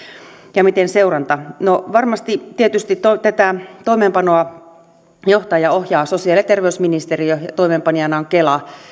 ja miten seuranta no tietysti tätä toimeenpanoa johtaa ja ohjaa sosiaali ja terveysministeriö ja toimeenpanijana on kela